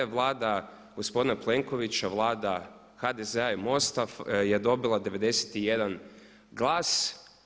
Vlada gospodina Plenkovića, Vlada HDZ-a i MOST-a je dobila 91 glas.